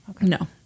No